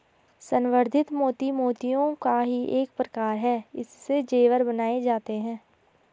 संवर्धित मोती मोतियों का ही एक प्रकार है इससे जेवर बनाए जाते हैं